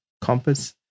Compass